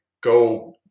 go